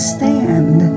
stand